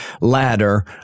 ladder